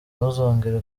ntuzongere